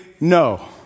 no